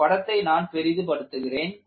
இந்த படத்தை நான் பெரிது படுத்துகிறேன்